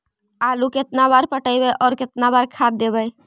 आलू केतना बार पटइबै और केतना बार खाद देबै?